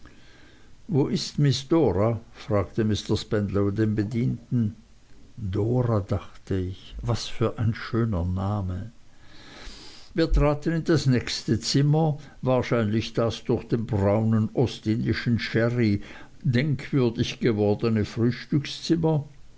wo ist miß dora fragte mr spenlow den bedienten dora dachte ich was für ein schöner name wir traten in das nächste zimmer wahrscheinlich das durch den braunen ostindischen sherry denkwürdig gewordene